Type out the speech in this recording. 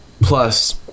plus